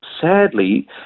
sadly